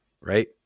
right